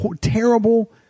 terrible